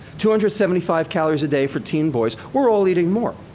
two hundred seventy-five calories a day for teen boys. we're all eating more.